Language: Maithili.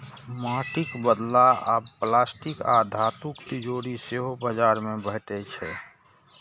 माटिक बदला आब प्लास्टिक आ धातुक तिजौरी सेहो बाजार मे भेटै छै